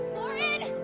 lauren,